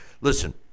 listen